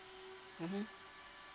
mmhmm